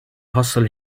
hustle